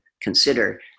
consider